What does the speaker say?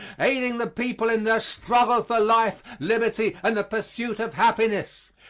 aiding the people in their struggle for life, liberty and the pursuit of happiness,